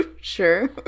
Sure